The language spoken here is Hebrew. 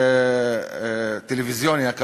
טלוויזיוני, הכוונה,